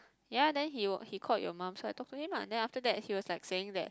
ya then he was he call your mum so I talk to him lah then after that he was like saying that